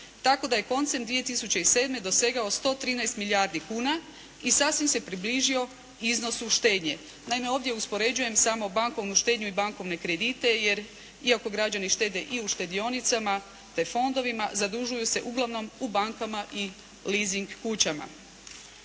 tako da je koncem 2007. dosegao 113 milijardi kuna i sasvim se približio iznosu štednje. Naime, ovdje uspoređujem samo bankovnu štednju i bankovne kredite jer iako građani štede i u štedionicama te fondovima zadužuju se uglavnom u bankama i lising kućama.